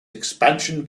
expansion